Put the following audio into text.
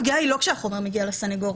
הפגיעה היא לא כשהחומר מגיע לסנגור,